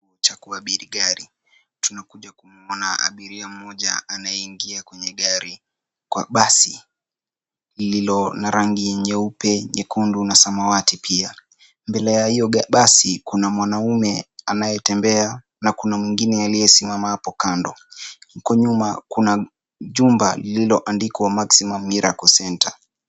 Cha ku abiri gari, tunakuja kumwona abiria mmoja anaingia kwenye gari, kwa basi lililo na rangi jeupe, jekundu na samawati pia mbelea ya basi, kuna mwanaume anayetembea na kuna mwingine aliesimama hapo kando. Huko nyuma, kuna jumba lilo andikwa Maximum Miracle Centre.